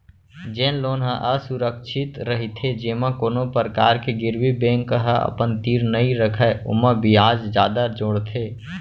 जेन लोन ह असुरक्छित रहिथे जेमा कोनो परकार के गिरवी बेंक ह अपन तीर नइ रखय ओमा बियाज जादा जोड़थे